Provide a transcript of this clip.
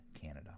Canada